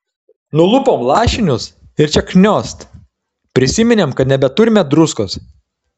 nulupom lašinius ir čia kniost prisiminėm kad nebeturime druskos